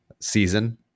season